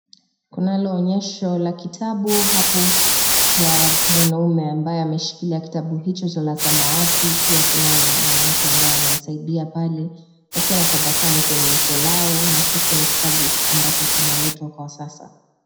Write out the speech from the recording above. Kunalo onyesho la kitabu hapo kwa mwanaume ambaye ameshikilia kitabu hicho cha la samawati pia kunaye mwanamke ambaye amemsaidia pale kukiwa na tabasamu kwenye uso lao nashuku ni kitabu ambacho kinaletwa kwa sasa